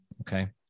Okay